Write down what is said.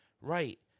right